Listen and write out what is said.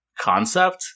concept